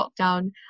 lockdown